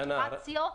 רציו,